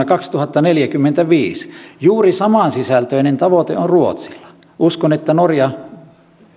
kaksituhattaneljäkymmentäviisi juuri samansisältöinen tavoite on ruotsilla ja uskon että norjalla